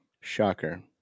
Shocker